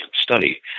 study